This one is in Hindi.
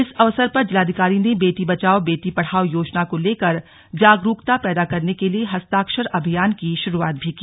इस अवसर पर जिलाधिकारी ने बेटी बचाओं बेटी पढ़ाओ योजना को लेकर जागरूकता पैदा करने के लिए हस्ताक्षर अभियान की शुरुआत भी की